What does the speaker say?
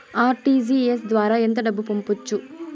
RTGS ద్వారా ఎంత డబ్బు పంపొచ్చు?